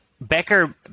Becker